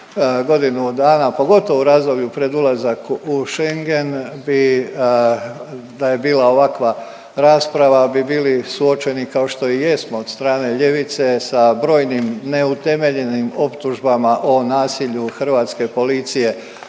godinu dana pogotovo u razdoblju pred ulazak u Schengen da je bila ovakva rasprava bi bili suočeni, kao što i jesmo od strane ljevice sa brojnim neutemeljenim optužbama o nasilju hrvatske policije